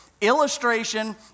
Illustration